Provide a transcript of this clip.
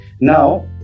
Now